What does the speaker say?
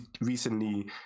recently